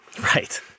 Right